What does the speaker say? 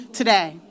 today